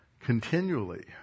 Continually